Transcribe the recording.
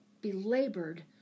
belabored